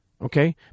Okay